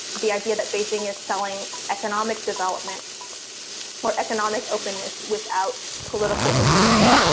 the idea that beijing is selling economic development for economic openness without political openness.